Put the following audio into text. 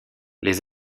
les